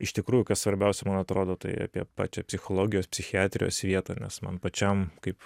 iš tikrųjų kas svarbiausia man atrodo tai apie pačią psichologijos psichiatrijos vietą nes man pačiam kaip